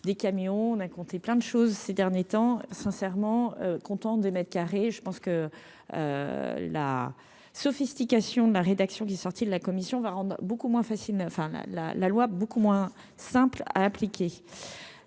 des camions d'un compté plein de choses ces derniers temps, sincèrement content des mètres carrés, je pense que la sophistication de la rédaction, qui est sorti de la commission va rendre beaucoup moins facile, enfin